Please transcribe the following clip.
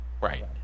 right